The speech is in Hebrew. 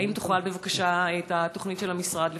האם תוכל בבקשה לפרט את התוכנית של המשרד?